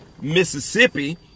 Mississippi